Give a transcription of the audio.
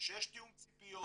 כשיש תיאום ציפיות,